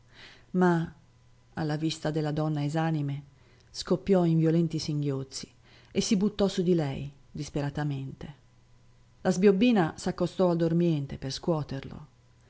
ma alla vista della donna esanime scoppiò in violenti singhiozzi e si buttò su di lei disperatamente la sbiobbina s'accostò al dormente per scuoterlo